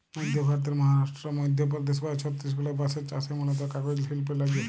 মইধ্য ভারতের মহারাস্ট্র, মইধ্যপদেস অ ছত্তিসগঢ়ে বাঁসের চাস হয় মুলত কাগজ সিল্পের লাগ্যে